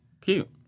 Cute